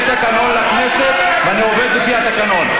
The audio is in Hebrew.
יש תקנון לכנסת ואני עובד לפי התקנון.